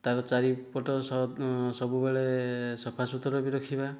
ତା'ର ଚାରିପଟ ସବୁବେଳେ ସଫାସୁତୁରା ବି ରଖିବା